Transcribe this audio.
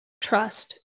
trust